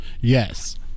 yes